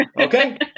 Okay